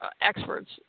experts